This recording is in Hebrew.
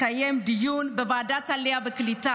התקיים דיון בוועדת העלייה והקליטה.